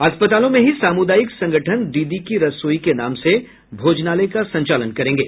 अस्पतालों में ही सामूदायिक संगठन दीदी की रसोई के नाम से भोजनालय का संचालन करेंगे